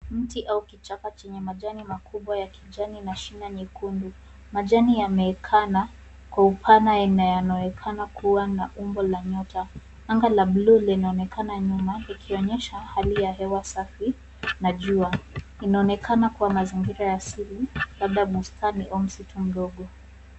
Mti au kichaka chenye majani makubwa na shina nyekundu. Majani yameekana kwa upana inayoonekana kuwa na umbo la nyota. Anga la buluu linaonekana nyuma likionyesha hali ya hewa safi na jua. Inaonekana kuwa mazingira ya asili labda bustani au msitu mdogo.